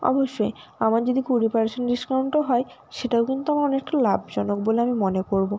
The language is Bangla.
অবশ্যই আমার যদি কুড়ি পারসেন্ট ডিস্কাউন্টও হয় সেটাও কিন্তু আমার অনেকটা লাভজনক বলে আমি মনে করব